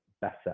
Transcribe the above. better